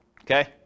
Okay